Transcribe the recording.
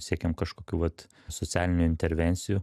siekiam kažkokių vat socialinių intervencijų